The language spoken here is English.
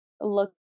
look